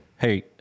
hey